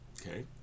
Okay